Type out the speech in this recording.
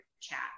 chat